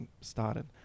started